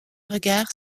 regard